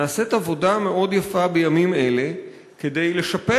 נעשית עבודה מאוד יפה בימים אלה כדי לשפר